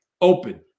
open